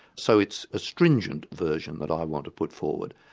so it's a stringent version that i want to put forward.